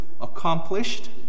accomplished